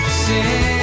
sing